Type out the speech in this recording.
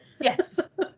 Yes